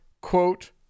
quote